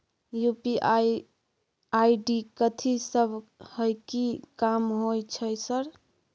UPI ID कथि सब हय कि काम होय छय सर?